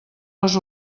les